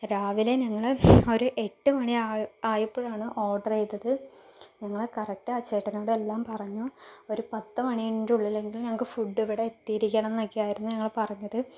രാവിലെ ഞങ്ങള് ഒര് എട്ട് മണി ആയ ആയപ്പഴാണ് ഓർഡറ് ചെയ്തത് ഞങ്ങളാ കറക്റ്റാ ചേട്ടനോട് എല്ലാം പറഞ്ഞു ഒരു പത്ത് മണീൻ്റെ ഉള്ളിലെങ്കിലും ഞങ്ങൾക്ക് ഫുഡ് ഇവിടെ എത്തിയിരിക്കണം എന്നൊക്കെയായിരുന്നു ഞങ്ങള് പറഞ്ഞത്